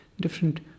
different